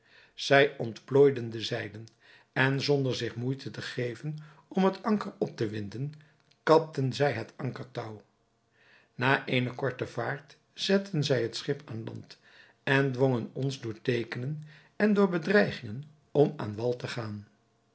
zij ontplooiden de zeilen en zonder zich moeite te geven om het anker op te winden kapten zij het ankertouw na eene korte vaart zetten zij het schip aan land en dwongen ons door teekenen en door bedreigingen om aan wal te gaan